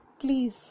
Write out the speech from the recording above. please